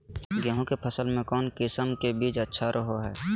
गेहूँ के फसल में कौन किसम के बीज अच्छा रहो हय?